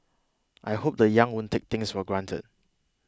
I hope the young won't take things for granted